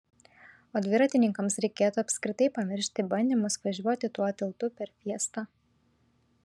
o dviratininkams reikėtų apskritai pamiršti bandymus važiuoti tuo tiltu per fiestą